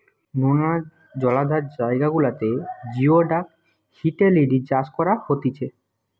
নোনা জলাধার জায়গা গুলাতে জিওডাক হিটেলিডি চাষ করা হতিছে